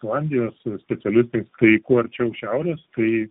islandijos specialistais tai kuo arčiau šiaurės tai